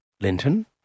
Linton